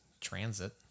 transit